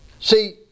See